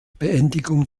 beendigung